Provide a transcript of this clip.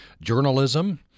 journalism